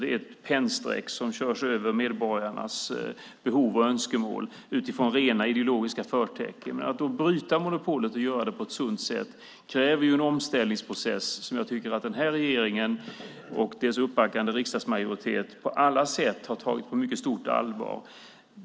Det är ett pennstreck som kör över medborgarnas behov och önskemål utifrån rena ideologiska förtecken. Att då bryta monopolet och att göra det på ett sunt sätt kräver en omställningsprocess som jag tycker att den här regeringen och dess uppbackande riksdagsmajoritet på alla sätt har tagit på mycket stort allvar.